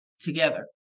together